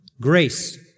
grace